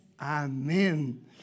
Amen